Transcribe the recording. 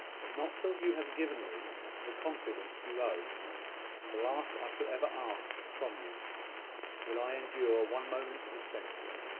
but not till you have given me the confidence you owe the last i shall ever ask from you will i endure one moment's suspense.